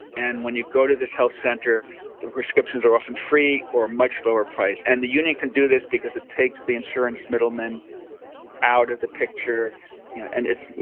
and when you go to. this health center prescriptions are often free or much lower price, and the union can do this because it takes the insurance middleman out of the picture yeah and it's, you